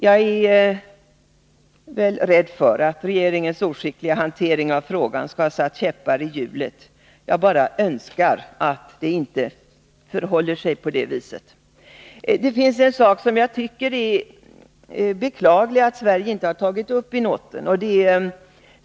Jag är rädd för att regeringens oskickliga hantering av frågan skall ha satt käppar i hjulet. Jag önskar att det inte förhåller sig så. Det är en sak som jag tycker är beklagligt att Sverige inte har tagit upp i noten.